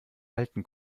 halten